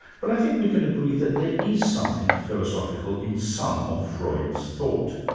but i think we can agree that there is something philosophical in some of freud's thought,